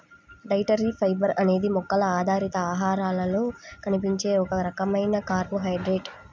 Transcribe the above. dietary fibre అనేది మొక్కల ఆధారిత ఆహారాలలో కనిపించే ఒక రకమైన కార్బోహైడ్రేట్